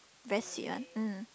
very sweet one mm